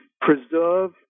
preserve